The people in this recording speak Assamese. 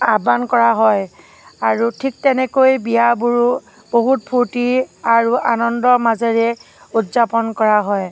আহ্বান কৰা হয় আৰু ঠিক তেনেকৈ বিয়াবোৰো বহুত ফূৰ্তি আৰু আনন্দৰ মাজেৰে উৎযাপন কৰা হয়